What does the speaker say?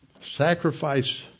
sacrifice